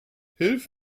hilf